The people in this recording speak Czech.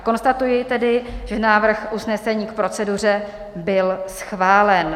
Konstatuji, že návrh usnesení k proceduře byl schválen.